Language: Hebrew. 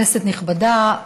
כנסת נכבדה,